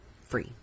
free